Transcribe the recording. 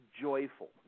joyful